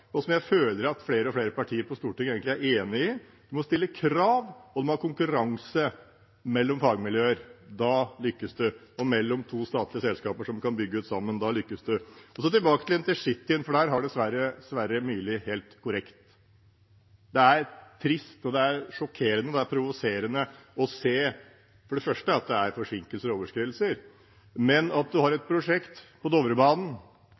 og som jeg føler at flere og flere partier på Stortinget egentlig er enig i. En må stille krav, og en må ha konkurranse mellom fagmiljøer, og mellom to statlige selskaper, som kan bygge ut sammen. Da lykkes det. Så tilbake til intercityen, for der har dessverre Sverre Myrli helt rett. Det er trist, sjokkerende og provoserende å se for det første at det er forsinkelser og overskridelser, men også at man har et prosjekt på